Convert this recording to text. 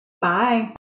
Bye